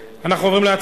נתקבלה.